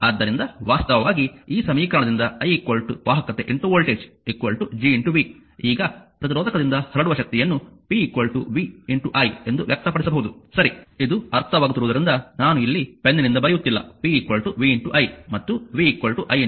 ಆದ್ದರಿಂದ ವಾಸ್ತವವಾಗಿ ಈ ಸಮೀಕರಣದಿಂದ i ವಾಹಕತೆ ವೋಲ್ಟೇಜ್ Gv ಈಗ ಪ್ರತಿರೋಧಕದಿಂದ ಹರಡುವ ಶಕ್ತಿಯನ್ನು p vi ಎಂದು ವ್ಯಕ್ತಪಡಿಸಬಹುದು ಸರಿ ಇದು ಅರ್ಥವಾಗುತ್ತಿರುವುದರಿಂದ ನಾನು ಇಲ್ಲಿ ಪೆನ್ನಿಂದ ಬರೆಯುತ್ತಿಲ್ಲ p vi ಮತ್ತು v iR ಆಗಿದೆ